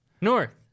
North